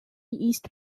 east